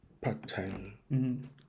part-time